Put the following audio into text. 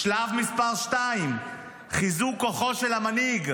הוא מתנהג כמו --- טלי,